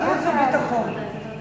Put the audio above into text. לדעתי ועדת החוץ והביטחון.